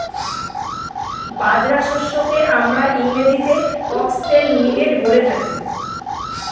বাজরা শস্যকে আমরা ইংরেজিতে ফক্সটেল মিলেট বলে থাকি